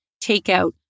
takeout